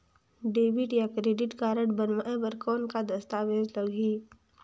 Debit या credit card बनवाय बर कौन का दस्तावेज लगही?